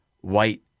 white